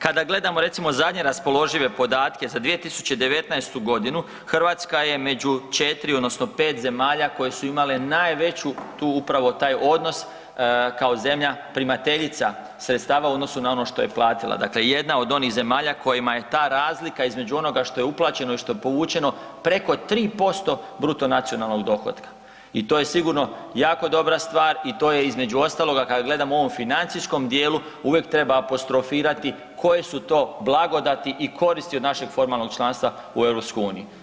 Kada gledamo recimo zadnje raspoložive podatke za 2019.g. Hrvatska je među 4 odnosno 5 zemalja koje su imale najveću tu upravo taj odnos kao zemlja primateljica sredstava u odnosu na ono što je platila, dakle jedna od onih zemalja kojima je ta razlika između onoga što je uplaćeno i što je povučeno preko 3% bruto nacionalnog dohotka i to je sigurno jako dobra stvar i to je između ostaloga kada gledamo u ovom financijskom dijelu uvijek treba apostrofirati koje su to blagodati i koristi od našeg formalnog članstva u EU.